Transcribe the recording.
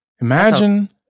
Imagine